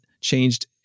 changed